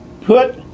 put